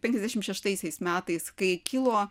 penkiasdešimt šeštaisiais metais kai kilo